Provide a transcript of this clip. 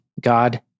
God